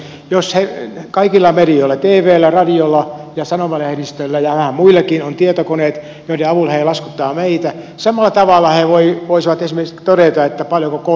jos kaikilla medioilla tvllä radiolla ja sanomalehdistöllä ja vähän muillakin on tietokoneet joiden avulla he laskuttavat meitä samalla tavalla he voisivat todeta esimerkiksi paljonko k